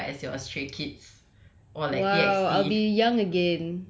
imagine if you wake up as your uh stray kids or like B_X_B